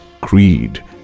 creed